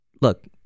look